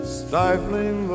stifling